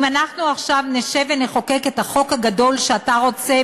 אם אנחנו עכשיו נשב ונחוקק את החוק הגדול שאתה רוצה,